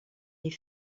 les